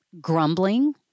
grumbling